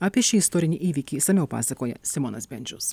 apie šį istorinį įvykį išsamiau pasakoja simonas bendžius